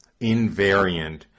invariant